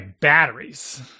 batteries